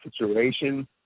situation